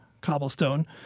cobblestone